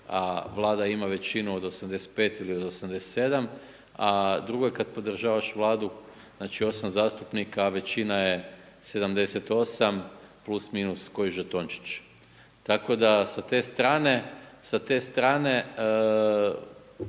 a Vlada ima većinu od 85 ili od 87, a drugo je kad podržavaš Vladu, znači 8 zastupnika, a većina je 78 plus-minus koji žetončić. Tako da sa te strane, sa te strane